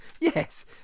Yes